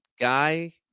guy